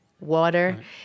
water